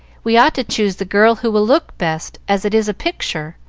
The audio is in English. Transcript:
we ought to choose the girl who will look best, as it is a picture.